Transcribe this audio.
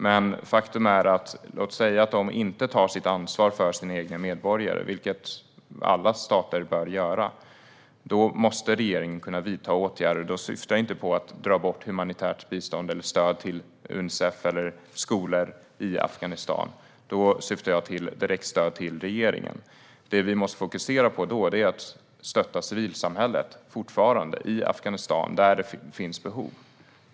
Men om de inte tar sitt ansvar för sina egna medborgare, vilket alla stater bör göra, måste regeringen kunna vidta åtgärder. Jag syftar inte på att dra bort humanitärt bistånd eller stöd till Unicef eller skolor i Afghanistan. Jag syftar på det direkta stödet till den afghanska regeringen. Vi måste fokusera på att stötta civilsamhället i Afghanistan där det finns behov.